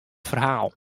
ferhaal